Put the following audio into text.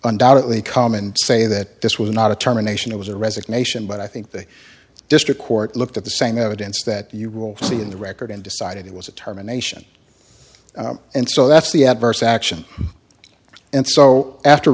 undoubtedly come in and say that this was not a terminations it was a resignation but i think the district court looked at the same evidence that you will see in the record and decided it was a term a nation and so that's the adverse action and so after